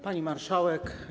Pani Marszałek!